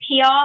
PR